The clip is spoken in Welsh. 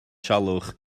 salwch